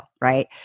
right